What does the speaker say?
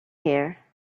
here